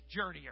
journeyer